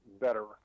better